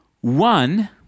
one